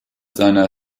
seiner